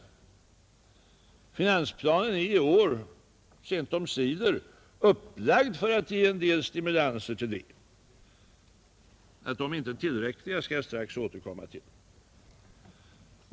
Finansplanen är i år, sent omsider, upplagd för att ge en del stimulanser härvidlag. Att de inte är tillräckliga skall jag strax återkomma till.